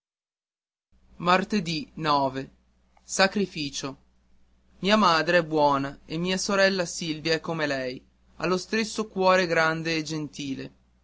martedì mia madre è buona e mia sorella silvia è come lei ha lo stesso cuore grande e gentile